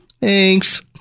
Thanks